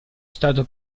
stato